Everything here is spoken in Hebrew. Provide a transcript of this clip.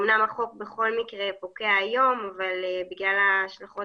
אמנם החוק בכל מקרה פוקע היום אבל בגלל ההשלכות